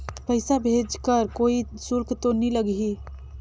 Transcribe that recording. पइसा भेज कर कोई शुल्क तो नी लगही?